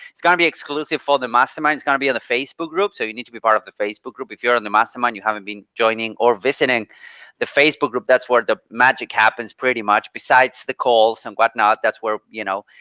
it's going to be exclusive for the mastermind is going to be on the facebook group. so you need to be part of the facebook group, if you're in the mastermind, you haven't been joining or visiting the facebook group, that's where the magic happens pretty much besides the calls and whatnot, that's where, you know,